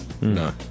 No